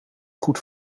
goed